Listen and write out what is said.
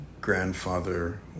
grandfather